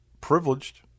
privileged